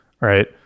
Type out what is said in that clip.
right